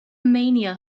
mania